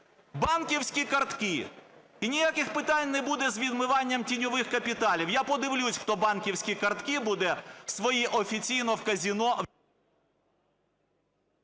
Банківські картки – і ніяких питань не буде з відмиванням тіньових капіталів. Я подивлюся, хто банківські картки буде свої офіційно в казино…